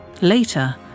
Later